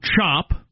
CHOP